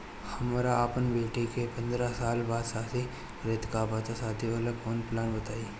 हमरा अपना बेटी के पंद्रह साल बाद शादी करे के बा त शादी वाला कऊनो प्लान बताई?